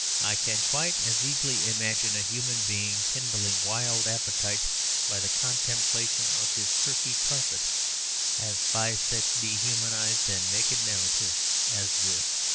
i can quite as easily imagine a human being kindling wild appetites by the contemplation of his turkey carpet as by such dehumanized and naked narrative as this.